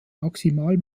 maximal